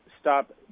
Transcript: stop